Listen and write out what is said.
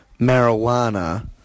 marijuana